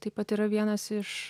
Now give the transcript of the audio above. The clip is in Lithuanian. taip pat yra vienas iš